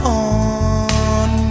on